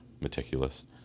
meticulous